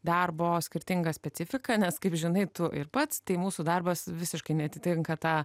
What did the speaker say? darbo skirtinga specifika nes kaip žinai tu ir pats tai mūsų darbas visiškai neatitinka tą